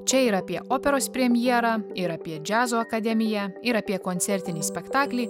čia ir apie operos premjerą ir apie džiazo akademiją ir apie koncertinį spektaklį